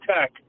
Tech